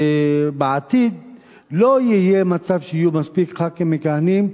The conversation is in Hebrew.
שבעתיד לא יהיה מצב שיהיו מספיק ח"כים מכהנים,